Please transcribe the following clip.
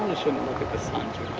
shouldn't look at the sun